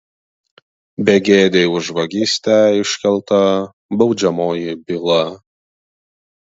begėdei už vagystę iškelta baudžiamoji byla